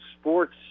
sports